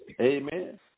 Amen